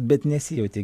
bet nesijauti